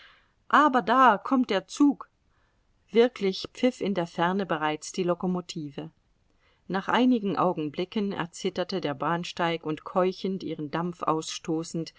aber da kommt der zug wirklich pfiff in der ferne bereits die lokomotive nach einigen augenblicken erzitterte der bahnsteig und keuchend ihren dampf ausstoßend